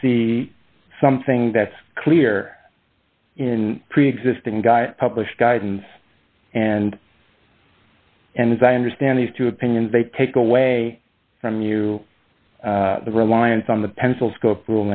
to see something that's clear in preexisting guy published guidance and and as i understand these two opinions they take away from you the reliance on the pencil sco